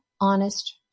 honest